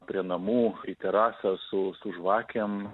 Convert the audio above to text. prie namų į terasą su žvakėm